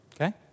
Okay